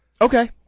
Okay